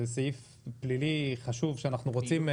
זה סעיף פלילי חשוב שאנחנו רוצים.